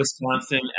Wisconsin